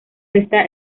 esta